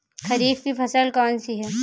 खरीफ की फसल कौन सी है?